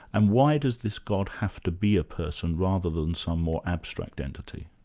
and why does this god have to be a person rather than some more abstract entity?